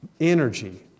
energy